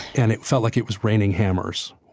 and it felt like it was raining hammers.